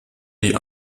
die